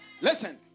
Listen